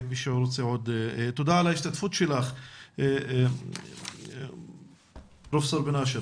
תודה על השתתפותך פרופ' בן אשר.